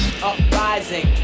Uprising